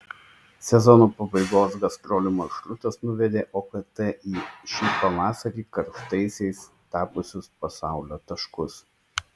sezono pabaigos gastrolių maršrutas nuvedė okt į šį pavasarį karštaisiais tapusius pasaulio taškus